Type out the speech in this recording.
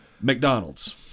mcdonald's